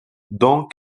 dont